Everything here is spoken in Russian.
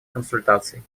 консультаций